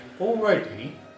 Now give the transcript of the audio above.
already